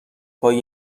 پای